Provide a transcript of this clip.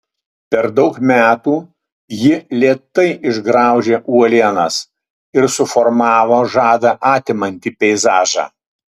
per daug metų ji lėtai išgraužė uolienas ir suformavo žadą atimantį peizažą